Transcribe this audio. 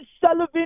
Sullivan